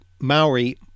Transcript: Maori